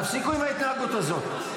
תפסיקו עם ההתנהגות הזאת.